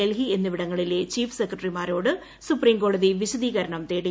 ഡൽഹി എന്നിവിടങ്ങളിലെ ചീഫ് സെക്രട്ടറിമാരോട് സുപ്രീംകോടതി വിശദ്വീകരണം തേടി